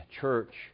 church